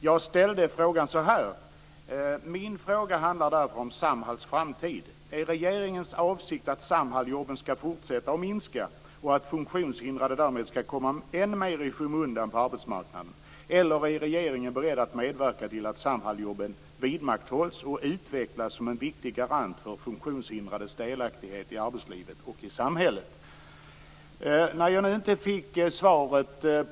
Jag har frågat om Samhalls framtid: Är regeringens avsikt att När jag nu inte har fått svar skulle jag vilja försöka med ett annat sätt att fråga.